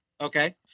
Okay